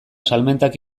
salmentak